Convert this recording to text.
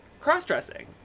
cross-dressing